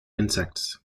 insects